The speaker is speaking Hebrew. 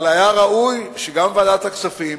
אבל היה ראוי שגם ועדת הכספים